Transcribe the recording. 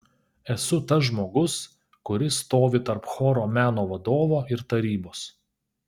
esu tas žmogus kuris stovi tarp choro meno vadovo ir tarybos